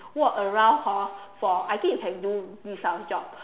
walk around hor for I think you can do this type of job